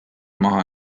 maha